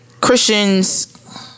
Christians